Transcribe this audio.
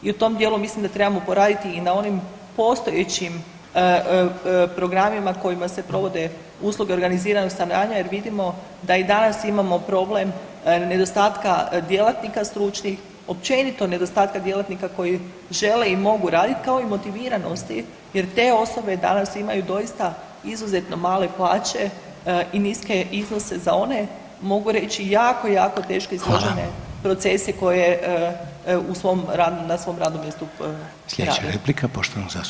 I u tom dijelu mislim da trebamo poraditi i na onim postojećim programima kojima se provode usluge organiziranog stanovanja jer vidimo da i danas imamo problem nedostatka djelatnika stručnih općenito nedostatka djelatnika koji žele i mogu raditi kao i motiviranosti jer te osobe danas imaju doista izuzetno male plaće i niske iznose za one mogu reći jako, jako teške i složene [[Upadica: Hvala.]] procese koje na svom radnom mjestu rade.